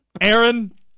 Aaron